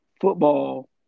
football